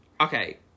Okay